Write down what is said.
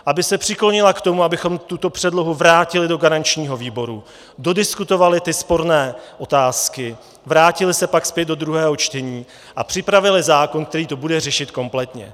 Aby se přiklonila k tomu, abychom tuto předlohu vrátili do garančního výboru, dodiskutovali sporné otázky, vrátili se pak zpět do druhého čtení a připravili zákon, který to bude řešit kompletně.